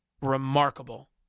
remarkable